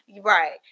Right